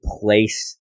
place